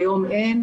אם כן,